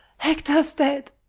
hector's dead!